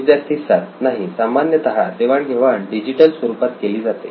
विद्यार्थी 7 नाही सामान्यतः देवाण घेवाण डिजिटल स्वरूपात केली जाते